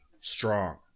strong